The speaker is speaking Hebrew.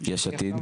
-- יש עתיד.